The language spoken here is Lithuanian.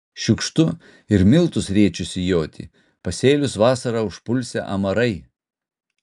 šiukštu ir miltus rėčiu sijoti pasėlius vasarą užpulsią amarai